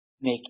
make